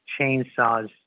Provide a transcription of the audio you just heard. chainsaws